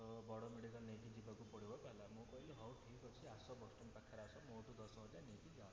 ତ ବଡ଼ ମେଡ଼ିକାଲ ନେଇକି ଯିବାକୁ ପଡ଼ିବ ତାହେଲେ ମୁଁ କହିଲି ହଉ ଠିକ ଅଛି ଆସ ବସଷ୍ଟାଣ୍ଡ ପାଖରେ ଆସ ମୋଠାରୁ ଦଶ ହଜାର ନେଇକି ଯାଅ